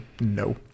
No